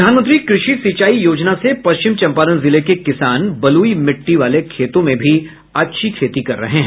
प्रधानमंत्री कृषि सिंचाई योजना से पश्चिम चंपारण जिले के किसान बलूई मिट्टी वाले खेतों में भी अच्छी खेती कर रहे हैं